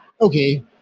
Okay